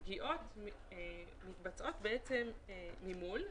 הפגיעות מתבצעות ממול,